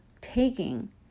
taking